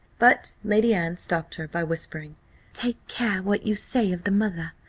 but lady anne stopped her, by whispering take care what you say of the mother,